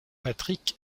patrick